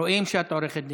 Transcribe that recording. רואים שאת עורכת דין.